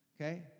okay